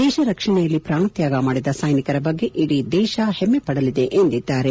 ದೇಶ ರಕ್ಷಣೆಯಲ್ಲಿ ಪ್ರಾಣ ತ್ಯಾಗ ಮಾಡಿದ ಸೈನಿಕರ ಬಗ್ಗೆ ಇಡೀ ದೇಶ ಹೆಮ್ಮೆಪಡಲಿದೆ ಎಂದು ಹೇಳಿದ್ದಾರೆ